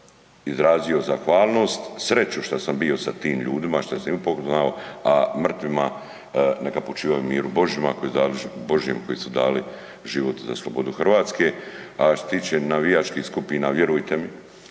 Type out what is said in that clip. izrazio zahvalnost, sreću šta sam bio sa tim ljudima, što sam ih upoznao, a mrtvima neka počivaju u miru Božjem koji su dali život za slobodu Hrvatske. A što se tiče navijačkih skupina, vjerujte mi